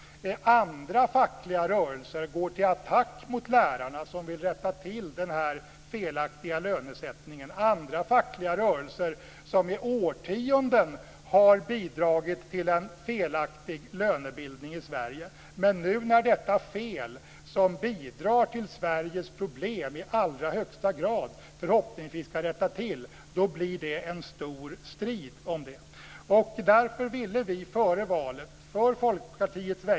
Andra fackliga rörelser går till attack mot lärarna, som vill rätta till den här felaktiga lönesättningen. Det är andra fackliga rörelser som i årtionden har bidragit till en felaktig lönebildning i Sverige. Men nu när detta fel som i allra högsta grad bidrar till Sveriges problem förhoppningsvis kan rättas till blir det en stor strid om det.